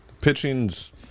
Pitching's